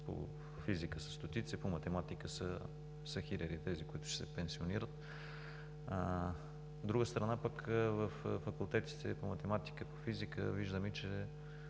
по физика са стотици, по математика са хиляди тези, които ще се пенсионират. От друга страна, във факултетите по математика и по физика виждаме, че